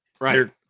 Right